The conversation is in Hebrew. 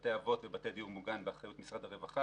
בבתי אבות ובבתי דיור מוגן באחריות משרד הרווחה